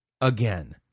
again